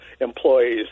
employees